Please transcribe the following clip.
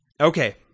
Okay